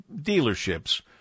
dealerships